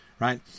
Right